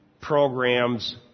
programs